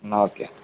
എന്നാല് ഓക്കെ